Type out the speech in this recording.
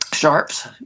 Sharps